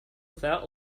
without